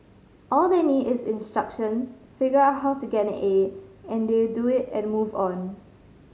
all they need is instruction figure out how to get an A and they do it and move on